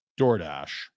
DoorDash